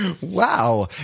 wow